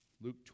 Luke